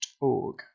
org